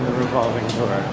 revolving